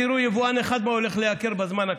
תראו מה יבואן אחד הולך לייקר בזמן הקרוב.